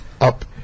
up